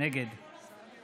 נגד